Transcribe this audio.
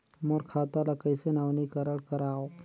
मोर खाता ल कइसे नवीनीकरण कराओ?